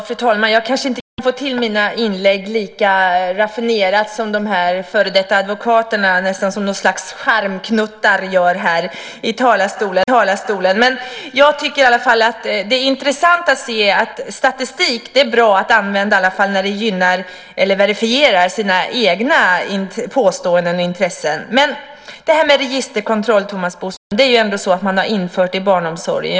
Fru talman! Jag kanske inte får till mina inlägg lika raffinerat som de här före detta advokaterna gör här i talarstolen som något slags charmknuttar. Men jag tycker i alla fall att det är intressant att se att statistik är bra att använda, i alla fall när det verifierar ens egna påståenden och intressen. Thomas Bodström, man har ju infört registerkontroll i barnomsorgen.